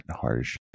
harsh